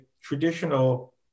traditional